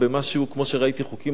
כמו שראיתי חוקים אחרים,